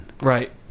Right